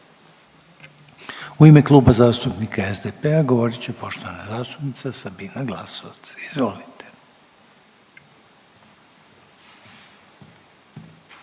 U ime Kluba zastupnika HDZ-a govorit će poštovani zastupnik Josip Đakić. Izvolite.